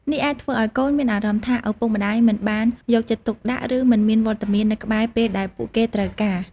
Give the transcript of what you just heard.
នេះអាចធ្វើឱ្យកូនមានអារម្មណ៍ថាឪពុកម្ដាយមិនបានយកចិត្តទុកដាក់ ឬមិនមានវត្តមាននៅក្បែរពេលដែលពួកគេត្រូវការ។